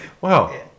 wow